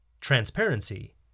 Transparency